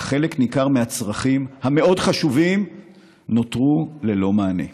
אך חלק ניכר מהצרכים המאוד-חשובים נותרו ללא מענה.